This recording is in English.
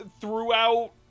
Throughout